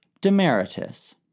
Demeritus